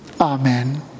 Amen